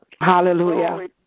Hallelujah